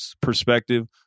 perspective